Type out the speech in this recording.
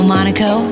Monaco